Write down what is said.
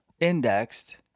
indexed